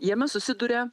jame susiduria